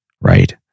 right